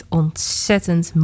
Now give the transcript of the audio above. ontzettend